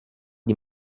die